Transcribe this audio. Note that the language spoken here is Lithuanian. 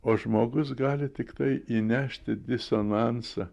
o žmogus gali tiktai įnešti disonansą